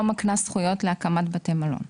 לא מקנה זכויות להקמת בתי-מלון.